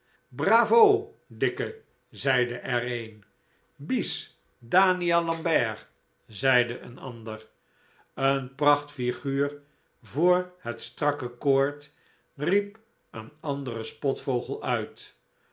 bravo dikkie zeide er een bis daniel lambert zeide een ander een pracht figuur voor het strakke koord riep een andere spotvogel uit